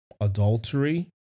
adultery